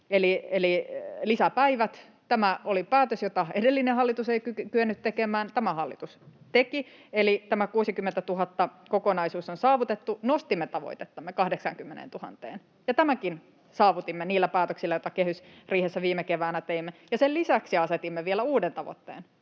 eli lisäpäivät. Tämä oli päätös, jota edellinen hallitus ei kyennyt tekemään, tämä hallitus teki, eli tämä 60 000-kokonaisuus on saavutettu. Nostimme tavoitettamme 80 000:een, ja tämänkin saavutimme niillä päätöksillä, joita kehysriihessä viime keväänä teimme. Sen lisäksi asetimme vielä uuden tavoitteen